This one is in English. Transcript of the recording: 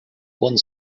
one